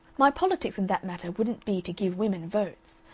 my politics in that matter wouldn't be to give women votes.